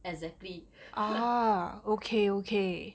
exactly